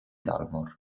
dalmor